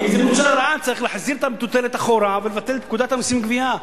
צריך להחזיר את המטוטלת אחורה ולבטל את פקודת המסים (גבייה).